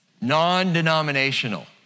non-denominational